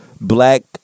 black